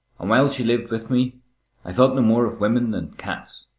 and while she lived with me i thought no more of women than cats.